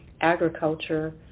agriculture